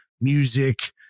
music